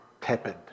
tepid